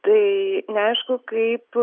tai neaišku kaip